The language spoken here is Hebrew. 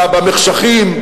במחשכים.